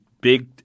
big